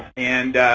and,